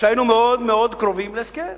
שהיינו מאוד מאוד קרובים להסכם.